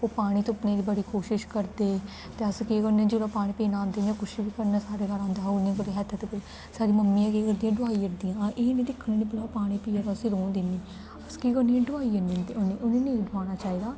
ओह् पानी तुप्पने दी बड़ी कोशश करदे ते अस केह् करने जेल्लै ओह् पानी पीन औंदे जां कुछ बी करन साढ़े घर औंदा हा बड़ी आदत पेई साढ़ियां मम्मियां केह् करदियां डोआई ओड़दियां एह् निं दिक्खन गै भला पानी पीया दा उस्सी रौह्न दि'न्नी अस केह् करने डोआई ओड़ने उ'नें गी ते उ'नें गी नेईं डोआना चाहिदा